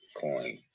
coin